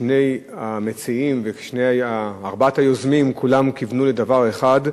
ושני המציעים וארבעת היוזמים כולם כיוונו לדבר אחד.